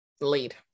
lead